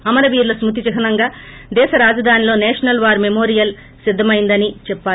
అమరవీరుల స్క్బతి చిహ్నంగా దేశరాజధానిలో నేషనల్ వార్ మెమోరియల్ సిద్దమైందని చెప్పారు